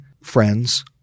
friends